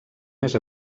més